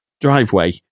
driveway